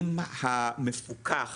אם המפוקח